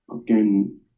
again